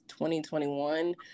2021